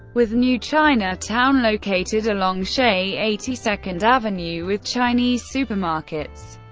with new chinatown located along se eighty second avenue with chinese supermarkets,